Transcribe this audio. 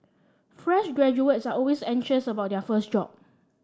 fresh graduates are always anxious about their first job